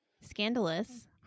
Scandalous